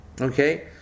okay